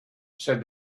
said